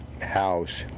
house